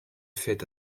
faite